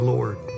Lord